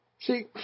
See